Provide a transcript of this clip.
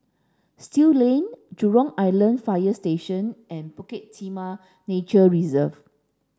Still Lane Jurong Island Fire Station and Bukit Timah Nature Reserve